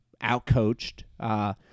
outcoached